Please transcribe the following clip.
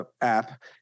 app